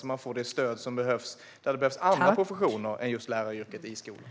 På så sätt får man det stöd som behövs från andra professioner än läraryrket i skolan.